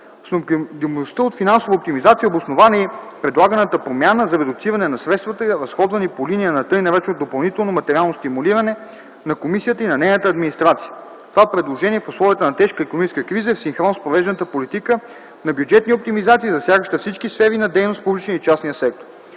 С необходимостта от финансова оптимизация е обоснована и предлаганата промяна за редуциране на средствата, разходвани по линия на т. нар. допълнително материално стимулиране на Комисията и на нейната администрация. Това предложение в условията на тежка икономическа криза е в синхрон с провежданата политика на бюджетни оптимизации, засягаща всички сфери на дейност в публичния и частния сектор.